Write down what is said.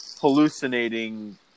hallucinating